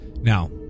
Now